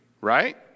Right